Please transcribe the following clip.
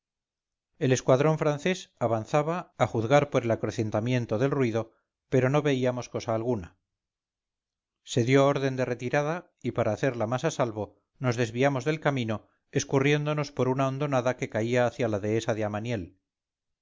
el escuadrón francés avanzaba a juzgar por el acrecentamiento del ruido pero no veíamos cosa alguna se dio orden de retirada y para hacerla más a salvo nos desviamos del camino escurriéndonos por una hondonada que caía hacia la dehesa de